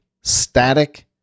static